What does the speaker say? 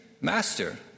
Master